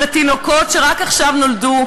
לתינוקות שרק עכשיו נולדו,